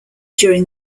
during